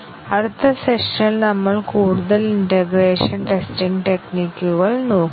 ഈ ഘട്ടത്തിൽ ഞങ്ങൾ ഈ സെഷൻ നിർത്തുകയും അടുത്ത സെഷനിൽ തുടരുകയും ചെയ്യും